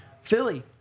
Philly